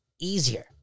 easier